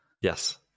Yes